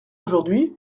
aujourd’hui